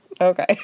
Okay